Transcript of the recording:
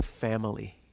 family